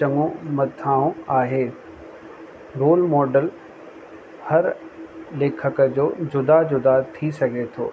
चङो मथां आहे रोल मॉडल हर लेखक जो जुदा जुदा थी सघे थो